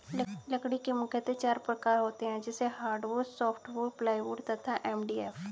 लकड़ी के मुख्यतः चार प्रकार होते हैं जैसे हार्डवुड, सॉफ्टवुड, प्लाईवुड तथा एम.डी.एफ